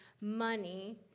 money